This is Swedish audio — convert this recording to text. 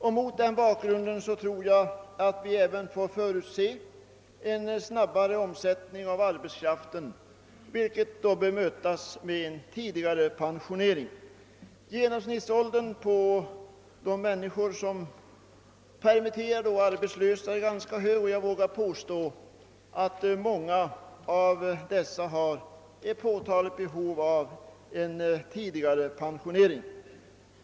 Vi måste även förutse en snabbare omsättning av arbetskraften, vilket bör mötas med en tidigare pensionering. Genomsnittsåldern på de människor som permitteras och är arbetslösa är ganska hög. Jag vågar påstå att många av dessa har ett påtagligt behov av en tidigare pensionering.